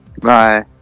Bye